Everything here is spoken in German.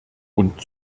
und